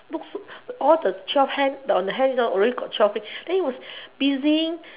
looks all the twelve hand on the hands ah already got twelve rings then he was busy